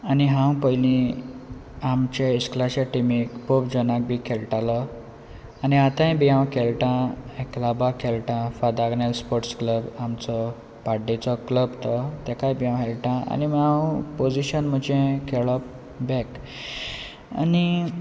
आनी हांव पयलीं आमच्या इस्कलाच्या टिमीक पॉप जोनाक भी खेळटालो आनी आतांय बी हांव खेळटा एकलाबाग खेळटा फादर आग्नेल स्पोर्ट्स क्लब आमचो पाड्डेचो क्लब तो ताकाय बी हांव खेळटा आनी हांव पोजिशन म्हजे खेळप बॅक आनी